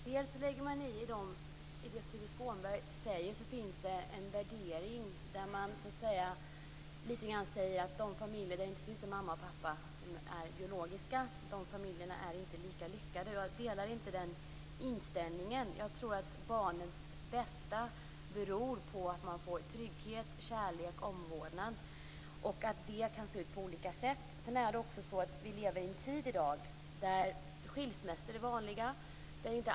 Fru talman! I det som Tuve Skånberg säger finns det en värdering. Man säger lite grann att de familjer där det inte finns någon biologisk mamma och pappa inte är lika lyckade. Jag delar inte den inställningen. Jag tror att barnets bästa handlar om att barnet får trygghet, kärlek och omvårdnad och att det kan se ut på olika sätt. I dag lever vi i en tid då skilsmässor är vanliga.